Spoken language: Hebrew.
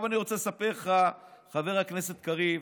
אני רוצה לספר לך, חבר הכנסת קריב,